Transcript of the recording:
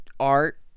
art